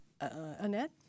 Annette